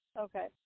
Okay